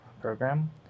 program